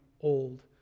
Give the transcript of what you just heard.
old